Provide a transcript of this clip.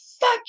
Fuck